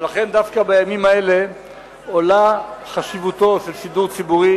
ולכן דווקא בימים האלה עולה חשיבותו של שידור ציבורי